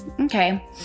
okay